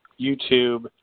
YouTube